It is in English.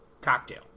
cocktail